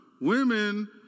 Women